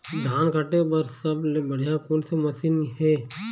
धान काटे बर सबले बढ़िया कोन से मशीन हे?